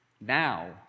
now